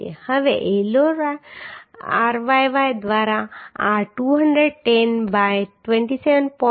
હવે L0 ry દ્વારા આ 210 બાય 27